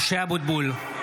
משה אבוטבול,